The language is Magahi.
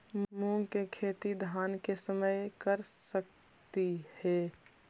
मुंग के खेती धान के समय कर सकती हे?